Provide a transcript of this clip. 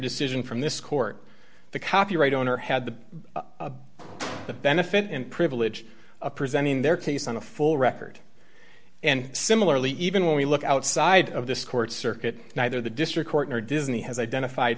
decision from this court the copyright owner had the benefit and privilege of presenting their case on a full record and similarly even when we look outside of this court circuit neither the district court nor disney has identified